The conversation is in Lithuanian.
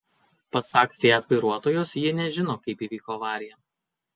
pasak fiat vairuotojos ji nežino kaip įvyko avarija